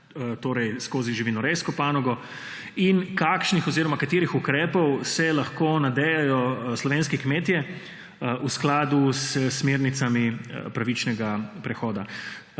odtisa skozi živinorejsko panogo? Katerih ukrepov se lahko nadejajo slovenski kmetije v skladu s smernicami pravičnega prehoda?